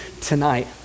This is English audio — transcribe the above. tonight